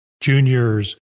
juniors